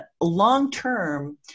long-term